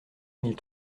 mille